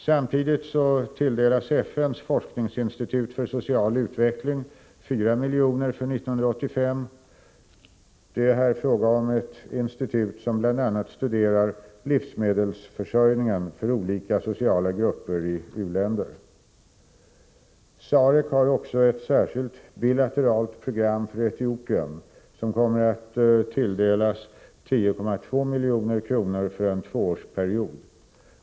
Samtidigt tilldelas FN:s forskningsinstitut för social utveckling 4 milj.kr. för 1985. Det är fråga om ett institut som bl.a. studerar livsmedelsförsörjningen för olika sociala grupper i u-länder. SAREC har också ett särskilt bilateralt program för Etiopien, som kommer att tilldelas 10,2 milj.kr. för en tvåårsperiod.